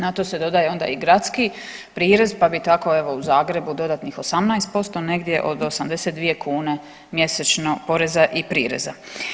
Na to se dodaje onda i gradski prirez pa bi tako evo u Zagrebu dodatnih 18%, negdje od 82 kn mjesečno poreza i prireza.